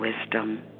wisdom